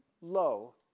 low